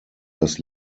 dass